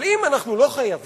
אבל אם אנחנו לא חייבים,